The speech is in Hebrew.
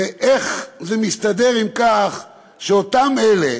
ואיך זה מסתדר עם כך שאותם אלה,